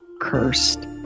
cursed